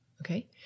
okay